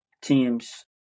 teams